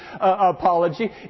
apology